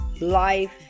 Life